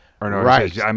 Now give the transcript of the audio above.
Right